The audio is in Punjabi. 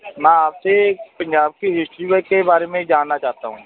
ਮੈਂ ਆਪਸੇ ਪੰਜਾਬ ਕੀ ਹਿਸਟਰੀ ਕੇ ਬਾਰੇ ਮੇਂ ਜਾਣਨਾ ਚਾਹਤਾ ਹੂੰ